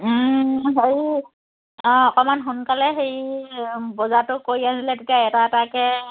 হেৰি অঁ অকণমান সোনকালে হেৰি বজাৰটো কৰি আনিলে তেতিয়া এটা এটাকৈ